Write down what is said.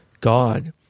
God